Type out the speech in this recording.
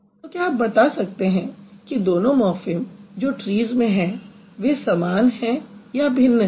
तो क्या आप बता सकते हैं कि दोनों मॉर्फ़िम जो ट्रीज़ में हैं वे समान हैं या भिन्न हैं